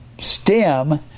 stem